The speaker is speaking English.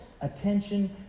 attention